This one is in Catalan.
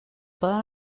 poden